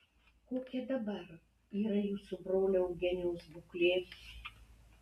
kokia dabar yra jūsų brolio eugenijaus būklė